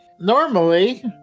Normally